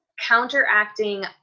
counteracting